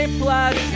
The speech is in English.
plus